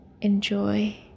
enjoy